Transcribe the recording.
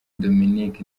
dominic